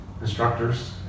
instructors